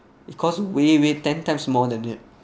it costs way way ten times more than it